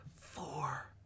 Four